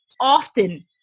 often